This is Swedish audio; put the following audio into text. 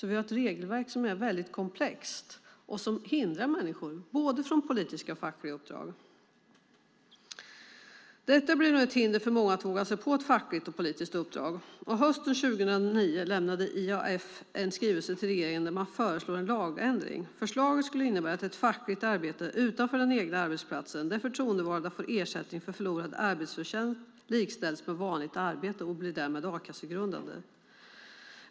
Vi har ett regelverk som är väldigt komplext och som hindrar människor från både politiska och fackliga uppdrag. Detta blir nu ett hinder för många att våga sig på ett fackligt och politiskt uppdrag. Hösten 2009 lämnade IAF en skrivelse till regeringen där man föreslår en lagändring. Förslaget skulle innebära att ett fackligt arbete utanför den egna arbetsplatsen, där den förtroendevalda får ersättning för förlorad arbetsförtjänst, likställs med vanligt arbete och därmed blir a-kassegrundande.